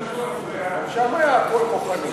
גם שם היה הכול כוחני.